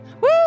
Woo